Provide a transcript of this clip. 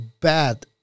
bad